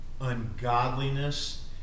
ungodliness